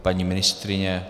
Paní ministryně?